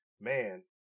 man